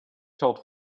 told